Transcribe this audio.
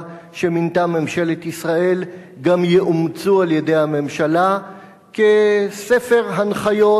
שמינתה ממשלת ישראל גם יאומצו על-ידי הממשלה כספר הנחיות